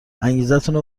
انگیزتونو